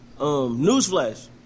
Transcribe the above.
Newsflash